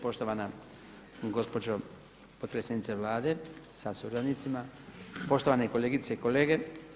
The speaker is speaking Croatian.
Poštovana gospođo potpredsjednice Vlade sa suradnicima, poštovane kolegice i kolege.